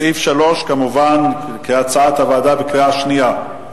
סעיף 3, כמובן, כהצעת הוועדה, בקריאה שנייה.